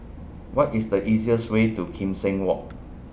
What IS The easiest Way to Kim Seng Walk